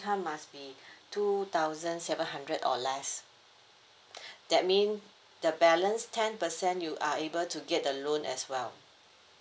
income must be two thousand seven hundred or less that mean the balance ten percent you are able to get the loan as well